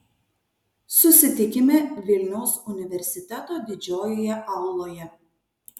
susitikime vilniaus universiteto didžiojoje auloje